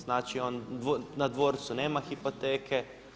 Znači on na dvorcu nema hipoteke.